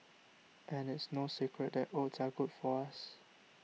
and it's no secret that oats are good for us